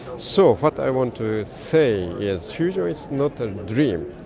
so what i want to say is fusion is not a dream,